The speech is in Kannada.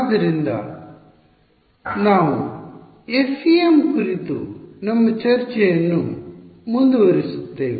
ಆದ್ದರಿಂದ ನಾವು FEM ಕುರಿತು ನಮ್ಮ ಚರ್ಚೆಯನ್ನು ಮುಂದುವರಿಸುತ್ತೇವೆ